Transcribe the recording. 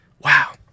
Wow